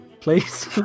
please